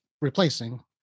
replacing